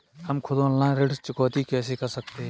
हम खुद ऑनलाइन ऋण चुकौती कैसे कर सकते हैं?